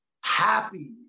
happy